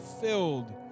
filled